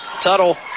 tuttle